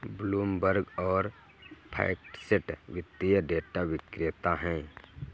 Bloomberg और FactSet वित्तीय data विक्रेता हैं